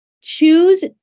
Choose